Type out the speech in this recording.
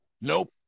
Nope